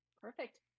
Perfect